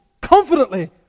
confidently